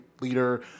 leader